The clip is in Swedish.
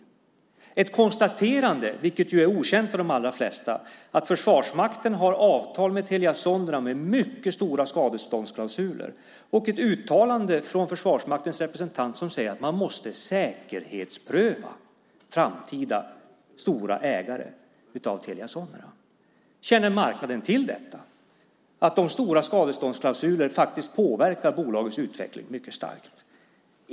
Det görs ett konstaterande, vilket är okänt för de allra flesta, att Försvarsmakten har avtal med Telia Sonera med klausuler om mycket stora skadestånd och ett uttalande från Försvarsmaktens representant att man måste säkerhetspröva framtida stora ägare av Telia Sonera. Känner marknaden till att de skadeståndsklausulerna faktiskt påverkar bolagets utveckling mycket starkt?